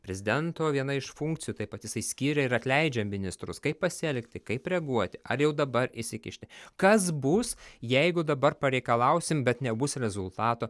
prezidento viena iš funkcijų taip pat jisai skyria ir atleidžia ministrus kaip pasielgti kaip reaguoti ar jau dabar įsikišti kas bus jeigu dabar pareikalausim bet nebus rezultato